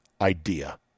idea